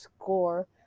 score